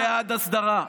אני בעד הסדרה,